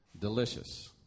Delicious